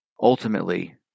Ultimately